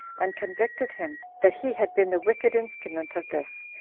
and convicted him, that he had been the wicked instrument of this,